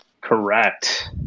Correct